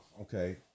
okay